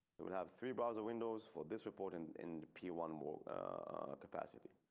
will have three browser windows for this report. in in p one more capacity.